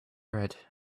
red